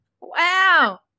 Wow